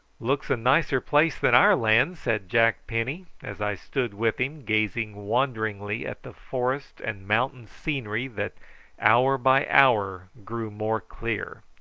looks a nicer place than our land, said jack penny, as i stood with him gazing wonderingly at the forest and mountain scenery that hour by hour grew more clear.